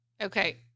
okay